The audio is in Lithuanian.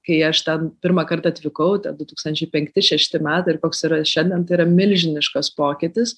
kai aš ten pirmąkart atvykau du tūkstančiai penkti šešti metai ir koks yra šiandien tai yra milžiniškas pokytis